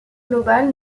global